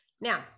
Now